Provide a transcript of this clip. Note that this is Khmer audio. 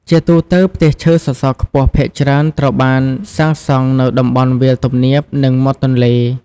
ជាទូទៅ ផ្ទះឈើសសរខ្ពស់ភាគច្រើនត្រូវបានសាងសង់នៅតំបន់វាលទំនាប និងមាត់ទន្លេ ។